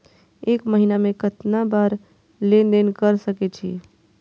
एक महीना में केतना बार लेन देन कर सके छी?